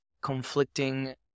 conflicting